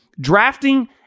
Drafting